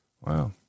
Wow